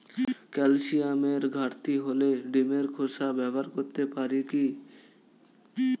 ক্যালসিয়ামের ঘাটতি হলে ডিমের খোসা ব্যবহার করতে পারি কি?